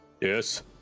Yes